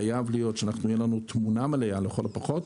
חייבת להיות לנו תמונה מלאה לכל הפחות,